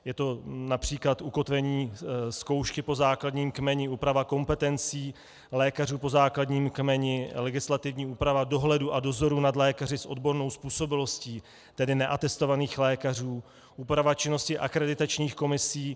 Je to například ukotvení zkoušky po základním kmeni, úprava kompetencí lékařů po základním kmeni, legislativní úprava dohledu a dozoru nad lékaři s odbornou způsobilostí, tedy neatestovaných lékařů, úprava činnosti akreditačních komisí.